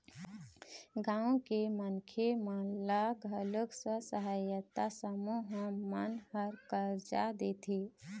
गाँव के मनखे मन ल घलोक स्व सहायता समूह मन ह करजा देथे